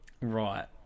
Right